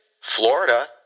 Florida